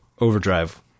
Overdrive